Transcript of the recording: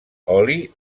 oli